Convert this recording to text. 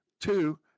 Two